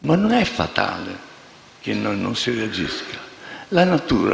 ma non è fatale che non si reagisca.